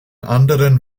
anderen